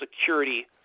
security